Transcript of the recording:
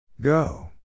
Go